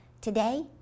today